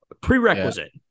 Prerequisite